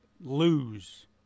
lose